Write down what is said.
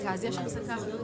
רבותיי, הסתייגויות